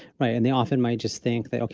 right. and they often might just think that,